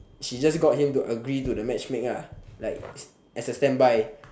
she just got him to agree to the matchmake lah like as a standby